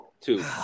Two